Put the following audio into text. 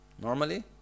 Normally